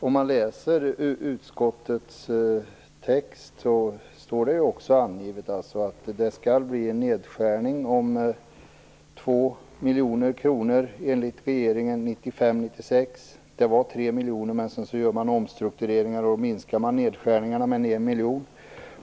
Om man läser utskottets text finner man att det står angivet att det skall bli en nedskärning på 2 miljoner kronor 1995/96 enligt regeringen. Det var 3 miljoner, men man gör omstruktureringar och minskar nedskärningarna med 1 miljon.